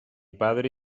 padre